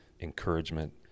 encouragement